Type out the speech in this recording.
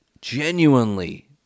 genuinely